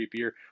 creepier